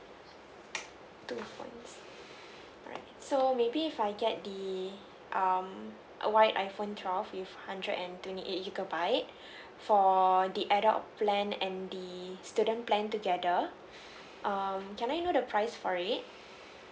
two point six alright so maybe if I get the um a white iPhone twelve with hundred and twenty eight gigabyte for the adult plan and the student plan together um can I know the price for it